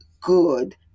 good